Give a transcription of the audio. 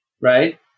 Right